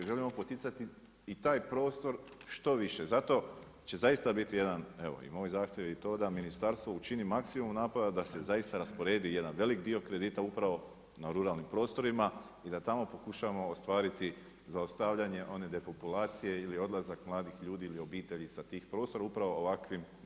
Želimo poticati i taj prostor što više, zato će zaista biti jedan evo i moj zahtjev je to da ministarstvo učini maksimum napora da se zaista rasporedi jedan velik dio kredita upravo na ruralnim prostorima i da tamo pokušamo ostvariti zaustavljanje one depopulacije ili odlazak mladih ljudi ili obitelji sa tih prostora upravo ovakvom mjerom.